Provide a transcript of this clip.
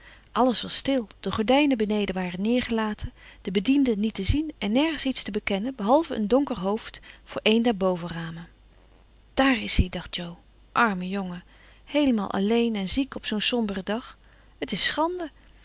alles was stil de gordijnen beneden waren neergelaten de bedienden niet te zien en nergens iets te bekennen behalve een donker hoofd voor een der bovenramen daar is hij dacht jo arme jongen heelemaal alleen en ziek op zoo'n somberen dag het is schande